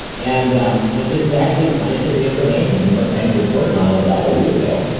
and um and this is actually scientific information. the new york times reported on it about a week ago,